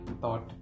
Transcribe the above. thought